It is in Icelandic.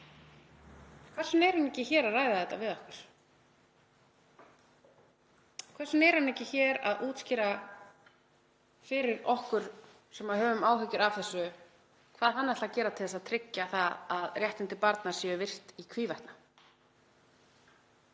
vegna er hann ekki hér að ræða þetta við okkur? Hvers vegna er hann ekki hér að útskýra fyrir okkur, sem höfum áhyggjur af þessu, hvað hann ætli að gera til að tryggja að réttindi barna séu virt í hvívetna?